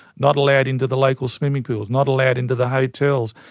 not allowed into the local swimming pools, not allowed into the hotels.